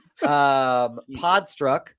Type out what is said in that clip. Podstruck